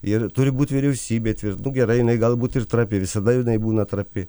ir turi būt vyriausybė tvirt nu gerai jinai galbūt ir trapi visada jinai būna trapi